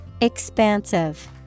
Expansive